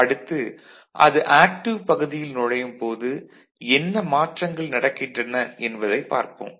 அடுத்து அது ஆக்டிவ் பகுதியில் நுழையும் போது என்ன மாற்றங்கள் நடக்கின்றன என்பதைப் பார்ப்போம்